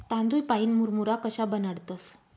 तांदूय पाईन मुरमुरा कशा बनाडतंस?